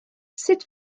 sut